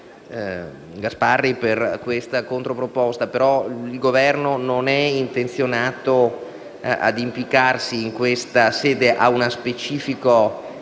senatore Gasparri per la sua controproposta, ma il Governo non è intenzionato a vincolarsi in questa sede a una specifica